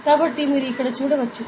కాబట్టి మీరు ఇక్కడ చూడవచ్చు